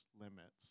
limits